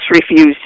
refused